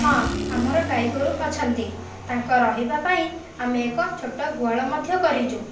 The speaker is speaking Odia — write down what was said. ହଁ ଆମର ଗାଈଗୋରୁ ଅଛନ୍ତି ତାଙ୍କ ରହିବା ପାଇଁ ଆମେ ଏକ ଛୋଟ ଗୁହାଳ ମଧ୍ୟ କରିଛୁ